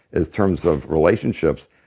is terms of relationships.